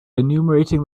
enumerating